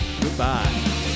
Goodbye